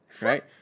Right